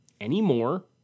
anymore